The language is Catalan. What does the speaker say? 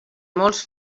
molts